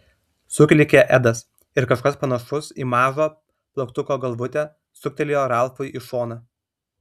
suklykė edas ir kažkas panašus į mažą plaktuko galvutę stuktelėjo ralfui į šoną